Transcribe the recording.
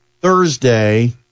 Thursday